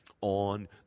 on